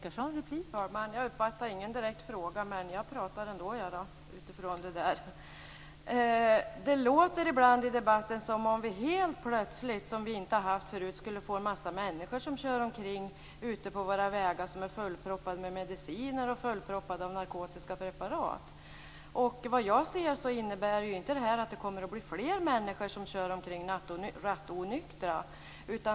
Fru talman! Jag uppfattade ingen direkt fråga, men jag pratar ändå utifrån det som sades. Det låter ibland i debatten som om en massa människor som inte varit där tidigare helt plötsligt skulle köra omkring på våra vägar fullproppade med mediciner och narkotiska preparat. Jag ser det inte som att förslaget innebär att fler människor kommer att köra omkring rattonyktra.